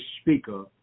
speaker